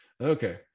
Okay